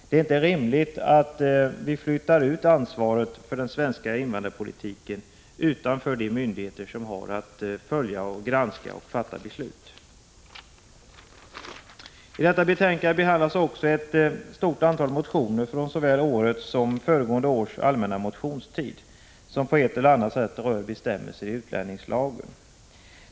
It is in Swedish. Det är inte rimligt att vi flyttar ut ansvaret för den svenska invandrarpolitiken utanför de myndigheter som har att följa och granska den och att fatta beslut om den. I detta betänkande behandlas också ett stort antal motioner från såväl årets som föregående års allmänna motionstid och som på ett eller annat sätt rör bestämmelser i utlänningslagen.